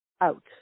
out